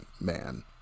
man